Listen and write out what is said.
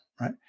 right